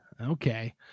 Okay